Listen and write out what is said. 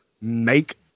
make